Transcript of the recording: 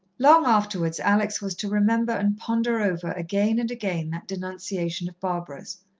long afterwards alex was to remember and ponder over again and again that denunciation of barbara's.